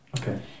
Okay